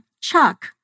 Chuck